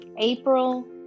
April